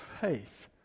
faith